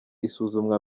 isuzumwa